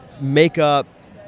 makeup